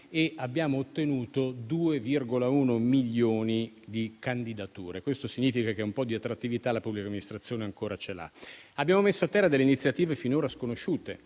e abbiamo ottenuto 2,1 milioni di candidature. Questo significa che un po' di attrattività la pubblica amministrazione ancora ce l'ha. Abbiamo messo a terra iniziative finora sconosciute